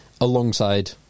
Alongside